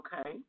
Okay